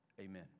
Amen